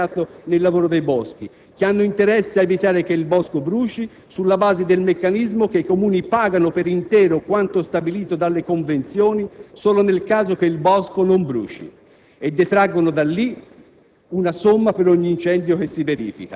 che aumentano così il lavoro stabile contro il precariato nella tutela dei boschi e hanno interesse ad evitare che il bosco bruci, sulla base del meccanismo per cui i Comuni pagano per intero quanto stabilito dalle convenzioni solo nel caso che il bosco non bruci e detraggono da lì